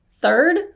Third